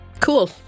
Cool